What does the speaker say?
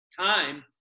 time